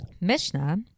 mishnah